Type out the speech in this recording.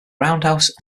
roundhouse